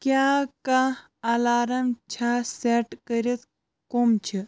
کیاہ کانٛہہ الارام چھا سیٹ کٔرِتھ کُم چِھ